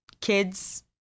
kids